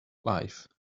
life